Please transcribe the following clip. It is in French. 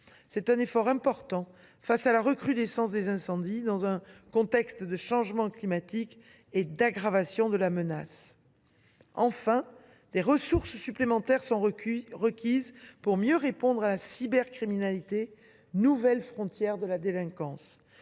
C’est un effort important face à la recrudescence des incendies, dans un contexte de changement climatique et d’aggravation de la menace. Enfin, des ressources supplémentaires sont requises pour mieux répondre à la cybercriminalité, nouvelle frontière de la délinquance